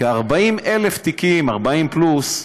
כ-40,000 תיקים, 40,000 פלוס,